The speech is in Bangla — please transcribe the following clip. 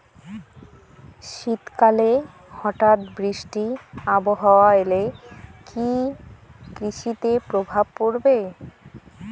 শীত কালে হঠাৎ বৃষ্টি আবহাওয়া এলে কি কৃষি তে প্রভাব পড়বে?